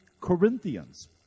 Corinthians